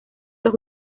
los